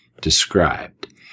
described